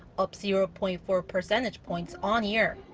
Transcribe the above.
up zero-point-four percentage points on-year.